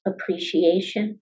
appreciation